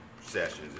sessions